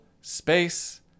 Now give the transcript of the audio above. space